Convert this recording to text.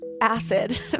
acid